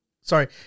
Sorry